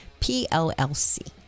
PLLC